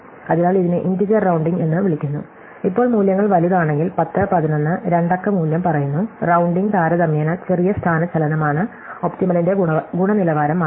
അതിനാൽ ഇതിനെ integer rounding എന്ന് വിളിക്കുന്നു ഇപ്പോൾ മൂല്യങ്ങൾ വലുതാണെങ്കിൽ 10 11 രണ്ട് അക്ക മൂല്യം പറയുന്നു റൌണ്ടിംഗ് താരതമ്യേന ചെറിയ സ്ഥാനചലനമാണ് ഒപ്റ്റിമലിന്റെ ഗുണനിലവാരം മാറില്ല